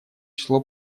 число